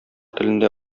телендә